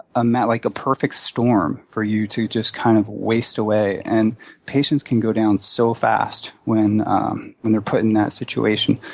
ah like a perfect storm for you to just kind of waste away. and patients can go down so fast when um when they're put in that situation.